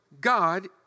God